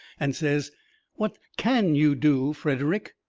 and says what can you do, frederick?